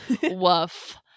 Woof